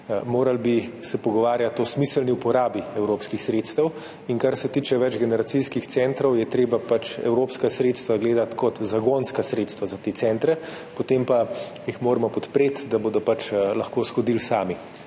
Morali bi se pogovarjati o smiselni uporabi evropskih sredstev. Kar se tiče večgeneracijskih centrov, je treba na evropska sredstva gledati kot na zagonska sredstva za te centre, potem pa jih moramo podpreti, da bodo lahko shodili sami.